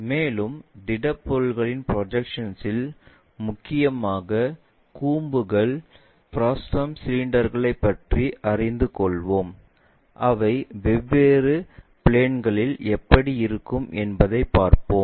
மேலும் திடப்பொருட்களின் ப்ரொஜெக்ஷன்ஸ் இல் முக்கியமாக கூம்புகள் ஃபாஸ்டம்ஸ் சிலிண்டர்களைப் பற்றி அறிந்து கொள்வோம் அவை வெவ்வேறு பிளேன்களில் எப்படி இருக்கும் என்பதை பார்ப்போம்